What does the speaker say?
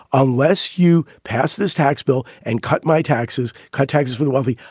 unless you pass this tax bill and cut my taxes, cut taxes for the wealthy,